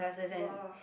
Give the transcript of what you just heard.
!wah!